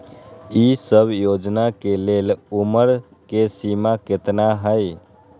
ई सब योजना के लेल उमर के सीमा केतना हई?